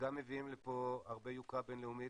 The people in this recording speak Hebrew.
שגם מביאים לפה הרבה יוקרה בינלאומית,